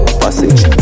passage